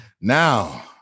Now